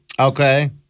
Okay